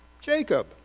Jacob